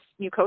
mucosa